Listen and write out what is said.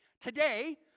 today